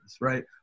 right